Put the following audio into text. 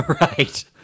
Right